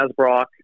Asbrock